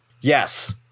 Yes